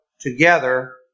together